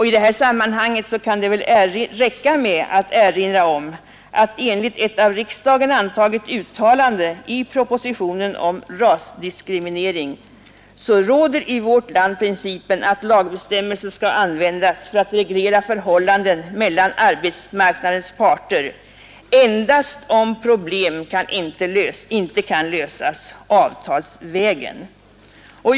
I detta sammanhang kan det väl räcka att erinra om att enligt ett av riksdagen antaget uttalande i propositionen om rasdiskriminering råder i vårt land principen att lagbestämmelser skall användas för att reglera förhållanden mellan arbetsmarknadens parter endast om problemen inte kan lösas avtalsvägen.